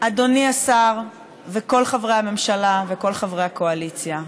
אדוני השר וכל חברי הממשלה וכל חברי הקואליציה,